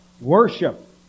worship